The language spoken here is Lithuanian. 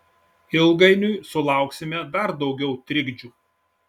ilgainiui sulauksime dar daugiau trikdžių